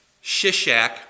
Shishak